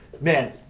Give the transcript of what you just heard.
Man